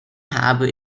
habe